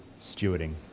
stewarding